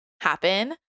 happen